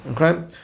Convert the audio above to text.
Okay